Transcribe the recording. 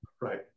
Right